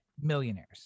millionaires